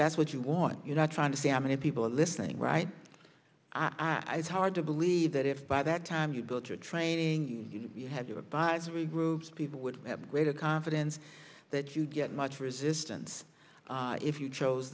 that's what you want you're not trying to see how many people are listening right i was hard to believe that if by that time you got your training you had to advisory groups people would have greater confidence that you get much resistance if you chose